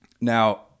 Now